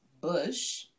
Bush